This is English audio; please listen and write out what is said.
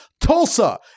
Tulsa